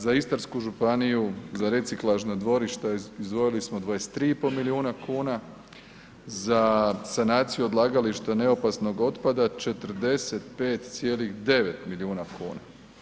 Za Istarsku županiju, za reciklažna dvorišta izdvojili smo 23,5 milijuna kuna, za sanaciju odlagališta neopasnog otpada 45,9 milijuna kuna.